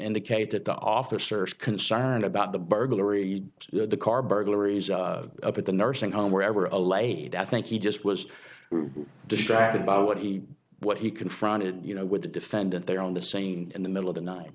indicate that the officers concerned about the burglary the car burglaries up at the nursing home wherever a late i think he just was distracted by what he what he confronted you know with the defendant there on the scene in the middle of the night